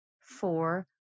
Four